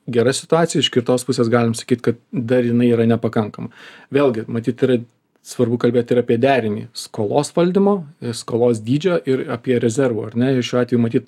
gera situacija iš kitos pusės galim sakyt kad dar jinai yra nepakankama vėlgi matyt ir svarbu kalbėt ir apie derinį skolos valdymo skolos dydžio ir apie rezervo ar ne ir šiuo atveju matyt